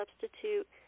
substitute